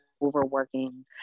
overworking